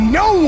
no